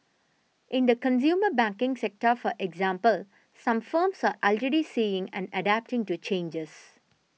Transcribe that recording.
in the consumer banking sector for example some firms are already seeing and adapting to changes